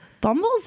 Bumbles